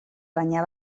baina